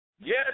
Yes